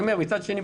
מצד שני,